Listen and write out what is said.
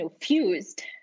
fused